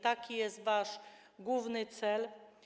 Taki jest wasz główny cel?